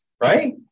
right